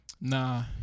Nah